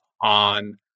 on